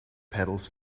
petals